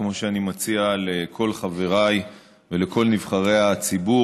כמו שאני מציע לכל חבריי ולכל נבחרי הציבור,